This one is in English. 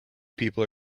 people